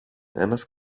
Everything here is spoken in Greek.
ένας